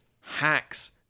hacks